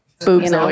Boobs